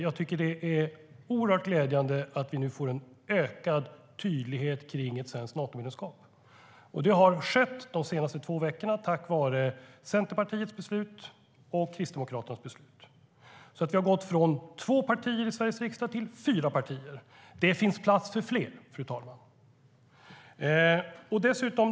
Jag tycker att det är oerhört glädjande att vi nu får en ökad tydlighet kring ett svenskt Natomedlemskap. Det har skett de senaste två veckorna tack vare Centerpartiets beslut och Kristdemokraternas beslut. Vi har gått från två partier i Sveriges riksdag till fyra partier. Det finns plats för fler, fru talman.